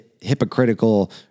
hypocritical